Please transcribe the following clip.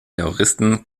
terroristen